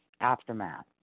Aftermath